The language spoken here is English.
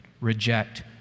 reject